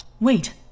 Wait